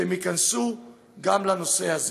שהם יכנסו גם לנושא הזה.